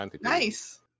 Nice